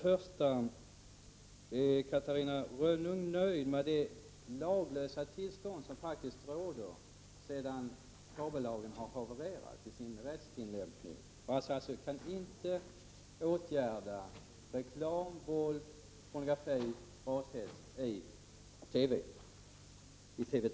Är Catarina Rönnung nöjd med det laglösa tillstånd som faktiskt råder sedan kabellagen havererat i sin rättstillämpning? Det går alltså inte att vidta åtgärder mot reklam, våld och pornografi i TV 3.